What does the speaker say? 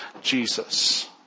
Jesus